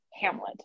Hamlet